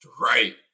Right